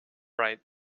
right